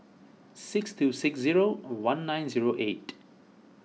six two six zero one nine zero eight